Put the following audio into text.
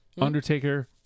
Undertaker